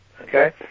okay